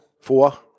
Four